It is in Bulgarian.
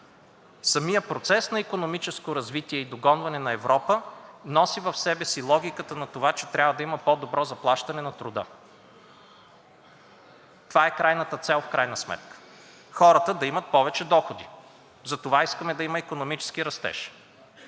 Самият процес на икономическо развитие и догонване на Европа носи в себе си логиката на това, че трябва да има по-добро заплащане на труда. Това в крайна сметка е крайната цел – хората да имат повече доходи. Затова искаме да има икономически растеж,